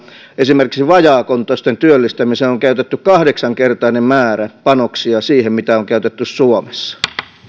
esimerkiksi vajaakuntoisten työllistämiseen on on käytetty kahdeksankertainen määrä panoksia verrattuna siihen mitä on käytetty suomessa